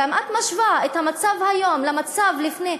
אלא אם את משווה את המצב היום למצב לפני,